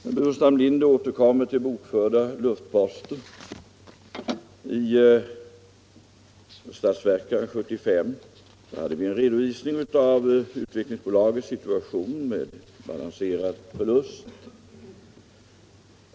Herr Burenstam Linder återkommer till bokförda luftposter i budgetpropositionen 1975. Däri gav vi en redovisning av Utvecklingsbolagets situation med en balanserad förlust.